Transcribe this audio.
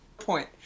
point